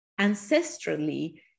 ancestrally